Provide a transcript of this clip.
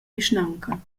vischnaunca